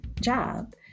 job